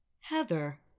Heather